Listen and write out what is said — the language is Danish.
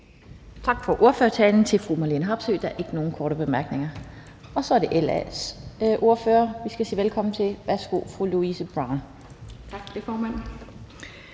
for ordførertalen. Der er ikke nogen korte bemærkninger. Og så er det LA's ordfører, vi skal sige velkommen til. Værsgo til fru Louise Brown. Kl.